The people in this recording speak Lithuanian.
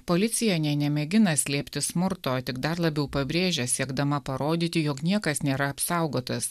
policija nė nemėgina slėpti smurto tik dar labiau pabrėžia siekdama parodyti jog niekas nėra apsaugotas